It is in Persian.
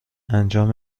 انجام